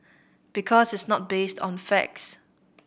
because it's not based on facts